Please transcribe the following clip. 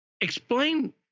explain—